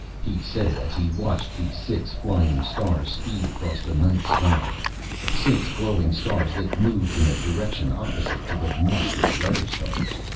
he said it as he watched the six flying stars speed across the night sky six glowing stars that moved in a direction opposite to the march of the other stars.